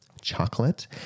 chocolate